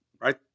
Right